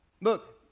Look